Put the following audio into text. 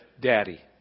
daddy